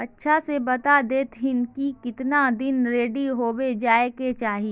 अच्छा से बता देतहिन की कीतना दिन रेडी होबे जाय के चही?